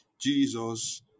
Jesus